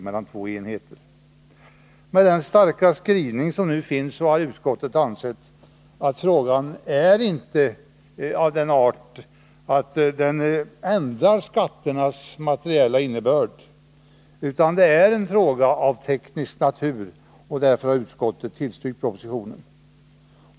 Med den starka skrivning som nu finns har utskottet ansett att frågan inte är av den arten att den ändrar skatternas materiella innebörd, utan att det är en fråga av teknisk natur, och därför har utskottet tillstyrkt propositionen.